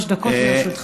שלוש דקות לרשותך.